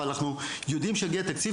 אבל אנחנו יודעים שיגיע תקציב,